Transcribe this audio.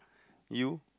you